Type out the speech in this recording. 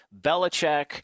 Belichick